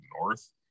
north